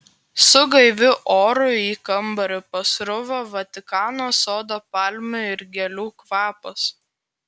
su gaiviu oru į kambarį pasruvo vatikano sodo palmių ir gėlių kvapas